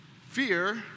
Fear